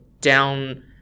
down